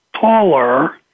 taller